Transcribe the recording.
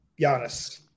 Giannis